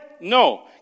No